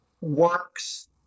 works